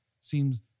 seems